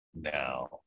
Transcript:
now